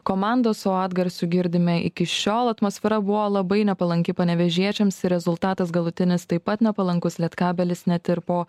komandos o atgarsių girdime iki šiol atmosfera buvo labai nepalanki panevėžiečiams ir rezultatas galutinis taip pat nepalankus lietkabelis net ir po